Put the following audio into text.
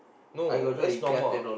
no that's normal